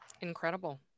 Incredible